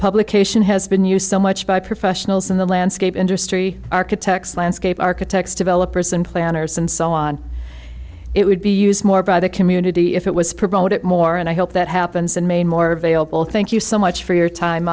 publication has been you so much by professionals in the landscape industry architects landscape architects developers and planners a it would be used more by the community if it was promoted more and i hope that happens in maine more available thank you so much for your time